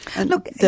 Look